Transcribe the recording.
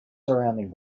surrounding